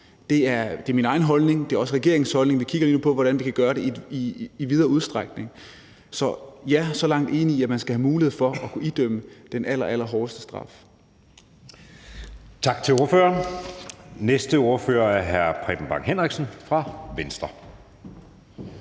Det er min egen holdning, det er også regeringens holdning. Vi kigger lige nu på, hvordan vi kan gøre det i videre udstrækning. Ja, så langt er jeg enig i, at man skal have mulighed for at kunne idømme den allerallerhårdeste straf.